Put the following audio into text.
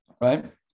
right